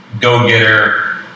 go-getter